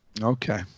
Okay